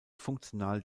funktional